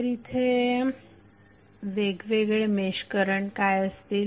तर इथे वेगवेगळे मेश करंट काय असतील